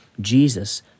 jesus